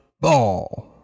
ball